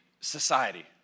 society